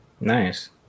Nice